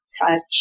touch